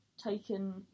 taken